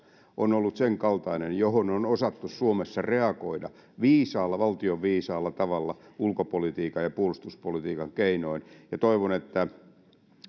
on ollut senkaltainen johon on osattu suomessa reagoida valtioviisaalla tavalla ulkopolitiikan ja puolustuspolitiikan keinoin toivon että